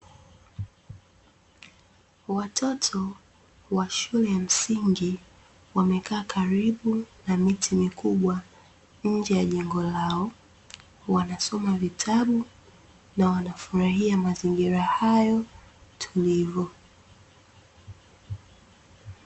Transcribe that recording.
Watoto wa shule ya msingi wamekaa karibu na miti mikubwa nje ya jengo lao, wanasoma vitabu na wanafurahia mazingira hayo tulivu.